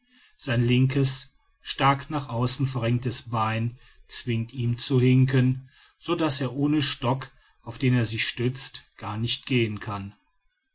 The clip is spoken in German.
sein linkes stark nach außen verrenktes bein zwingt ihn zu hinken so daß er ohne stock auf den er sich stützt gar nicht gehen kann